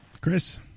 Chris